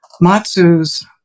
matsu's